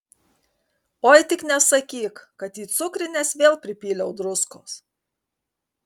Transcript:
oi tik nesakyk kad į cukrines vėl pripyliau druskos